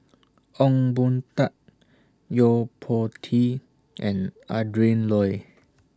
Ong Boon Tat Yo Po Tee and Adrin Loi